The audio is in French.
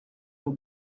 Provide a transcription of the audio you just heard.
nous